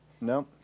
No